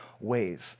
ways